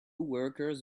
workers